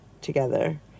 together